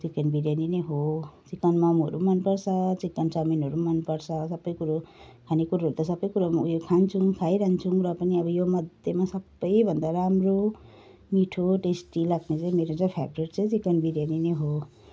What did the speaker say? chicken biryani नै हो chicken मोमोहरू पनि मन पर्छ चिकन चाउमिनहरू पनि मन पर्छ सबै कुरो खानेकुरोहरू त सबै कुरो खान्छौँ खाइरहन्छौँ र पनि अब योमध्येमा सबैभन्दा राम्रो मिठो टेस्टी लाग्ने चाहिँ मेरो चाहिँ फेभरेट चाहिँ चिकन बिरयानी नै हो